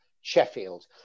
Sheffield